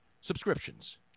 Subscriptions